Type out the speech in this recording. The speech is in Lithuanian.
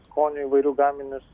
skonių įvairių gaminius